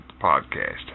podcast